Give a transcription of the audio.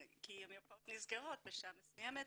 כי המרפאות נסגרות בשעה מסוימת,